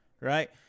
right